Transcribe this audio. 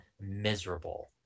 miserable